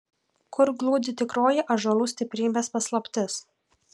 kur glūdi tikroji ąžuolų stiprybės paslaptis